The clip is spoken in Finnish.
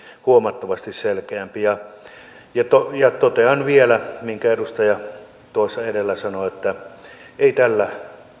huomattavasti selkeämpi totean vielä minkä edustaja tuossa edellä sanoi että ei tällä